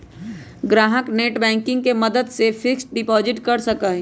ग्राहक नेटबैंकिंग के मदद से फिक्स्ड डिपाजिट कर सका हई